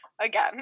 Again